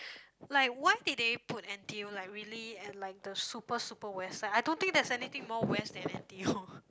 like why did they put N_T_U like really at like the super super West side I don't think there's anything more West than N_T_U